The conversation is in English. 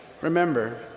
remember